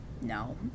No